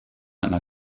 einer